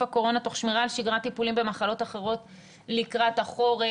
הקורונה תוך שמירה על שגרת טיפולים במחלות אחרות לקראת החורף.